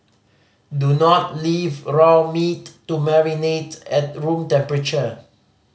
do not leave raw meat to marinate at room temperature